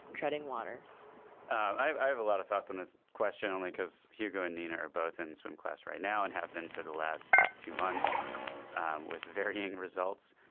treading water i have a lot of thoughts on this question only because hugo and nina are both in swim class right now and have been for the last two months with varying results.